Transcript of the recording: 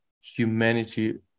humanity